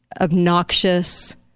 obnoxious